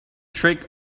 trick